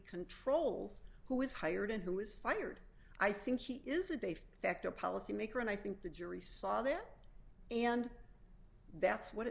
controls who was hired and who was fired i think he is a de facto policy maker and i think the jury saw that and that's what